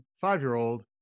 five-year-old